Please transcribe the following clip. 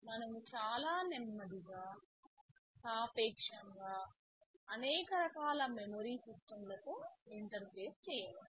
మనము చాలా నెమ్మదిగా లేదా సాపేక్షంగా అనేక రకాల మెమరీ సిస్టమ్లతో ఇంటర్ఫేస్ చేయవచ్చు